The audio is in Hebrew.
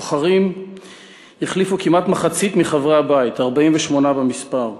הבוחרים החליפו כמעט מחצית מחברי הבית, 48 במספר,